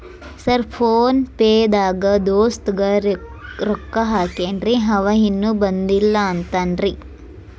Sir PhonePe ದಾಗ ದೋಸ್ತ್ ಗೆ ರೊಕ್ಕಾ ಹಾಕೇನ್ರಿ ಅಂವ ಇನ್ನು ಬಂದಿಲ್ಲಾ ಅಂತಾನ್ರೇ?